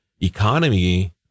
economy